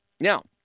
Now